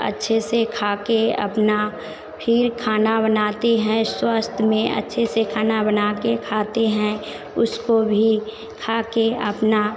अच्छे से खाकर अपना फिर खाना बनाते हैं स्वास्थ्य में अच्छे से खाना बनाकर खाते हैं उसको भी खाकर अपना